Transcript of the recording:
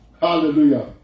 Hallelujah